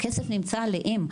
הכסף נמצא עליהם,